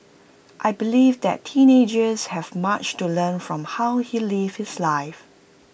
I believe that teenagers have much to learn from how he lived his life